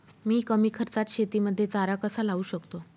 मी कमी खर्चात शेतीमध्ये चारा कसा लावू शकतो?